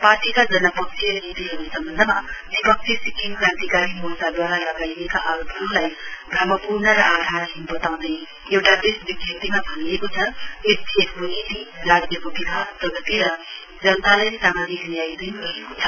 पार्टीका जनपक्षीय नीतीहरू सम्बन्धमा विपक्षी सिक्किम क्रान्तिकारी मोर्चाद्वारा लगाइएका आरोपहरूलाई भ्रमपूर्ण र आधारहीन बताउँदै एउटा प्रेस विज्ञप्तिमा भनिएको छ एसडीएफको नीति राज्यको विकास प्रगति र जनतालाई सामाजिक न्याय दिन् रहेको छ